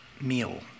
meal